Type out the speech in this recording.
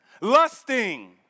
lusting